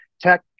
tech